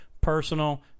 personal